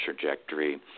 trajectory